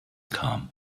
kam